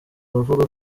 abavuga